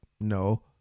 no